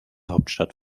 hauptstadt